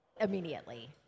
immediately